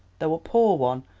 though a poor one,